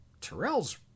Terrell's